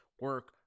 Work